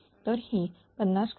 तर ही 50